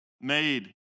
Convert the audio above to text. made